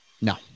No